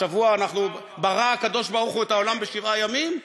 שבוע, ברא הקדוש-ברוך-הוא את העולם בשבעה ימים?